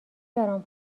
برام